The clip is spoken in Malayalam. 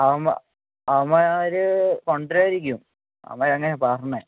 അവന്മാർ അവന്മാർ കൊണ്ടുവരുമായിരിക്കും അവന്മാർ അങ്ങനെയാണ് പറഞ്ഞത്